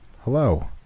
Hello